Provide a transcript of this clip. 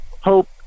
hope